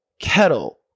Kettle